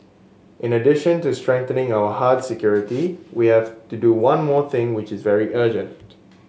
in addition to strengthening our hard security we have to do one more thing which is very urgent